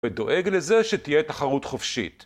ודואג לזה שתהיה תחרות חופשית